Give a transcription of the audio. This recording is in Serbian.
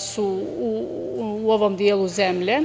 su u ovom delu zemlje.